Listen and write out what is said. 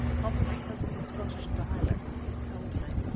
probably because of the scottish dialect which repelled me.